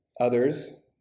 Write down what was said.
Others